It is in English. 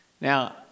Now